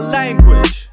language